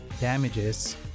damages